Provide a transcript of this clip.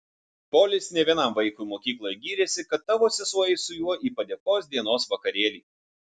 polis ne vienam vaikui mokykloje gyrėsi kad tavo sesuo eis su juo į padėkos dienos vakarėlį